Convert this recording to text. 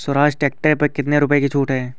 Swaraj tractor पर कितनी रुपये की छूट है?